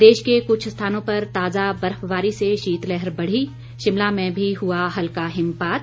प्रदेश के कुछ स्थानों पर ताज़ा बर्फबारी से शीतलहर बढ़ी शिमला में भी हुआ हल्का हिमपात